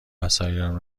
وسایلم